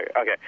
Okay